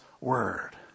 word